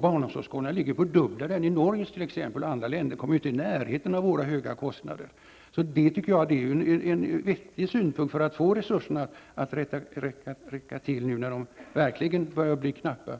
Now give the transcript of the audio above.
Barnomsorgskostnaderna i vårt land är dubbelt så höga som de i t.ex. Norge, och andra länder kommer inte i närheten av våra höga kostnader. Detta är därför enligt min uppfattning en viktig synpunkt på hur vi skall få resurserna att räcka till nu när de verkligen börjar bli knappa.